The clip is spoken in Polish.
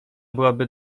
byłaby